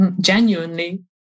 genuinely